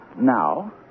Now